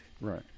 Right